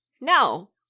no